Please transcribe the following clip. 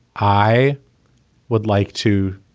i would like to.